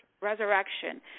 resurrection